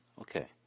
Okay